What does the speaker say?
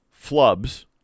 flubs